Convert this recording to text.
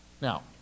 Now